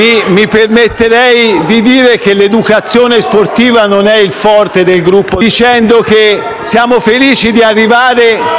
Mi permetto ancora di dire che noi del Gruppo del Partito Democratico siamo felici e orgogliosi di arrivare alla votazione di oggi.